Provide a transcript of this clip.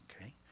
Okay